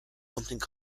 sometimes